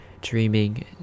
dreaming